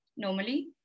Normally